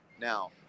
Now